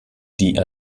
die